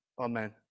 Amen